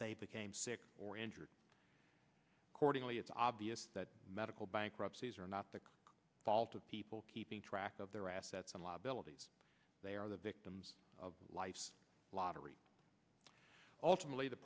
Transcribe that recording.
they became sick or injured accordingly it's obvious that medical bankruptcies are not the fault of people keeping track of their assets and liabilities they are the victims of life's lottery ultimately the